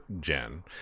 Jen